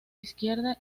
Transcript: izquierda